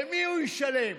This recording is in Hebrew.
למי הוא ישלם?